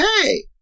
Hey